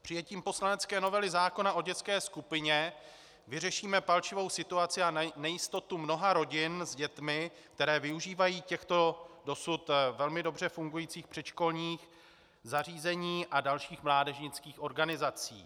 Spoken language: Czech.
Přijetím poslanecké novely zákona o dětské skupině vyřešíme palčivou situaci a nejistotu mnoha rodin s dětmi, které využívají těchto dosud velmi dobře fungujících předškolních zařízení a dalších mládežnických organizací.